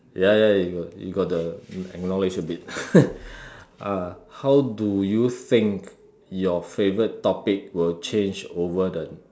ya ya you got you got to acknowledge a bit uh how do you think your favourite topic will change over the